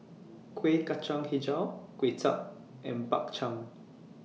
Kueh Kacang Hijau Kway Chap and Bak Chang